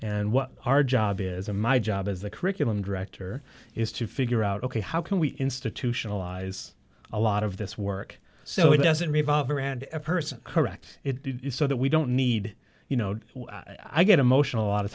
and what our job is a my job as a curriculum director is to figure out ok how can we institutionalize a lot of this work so it doesn't revolve around a person correct so that we don't need you know i get emotional a lot of